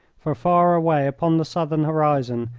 for, far away upon the southern horizon,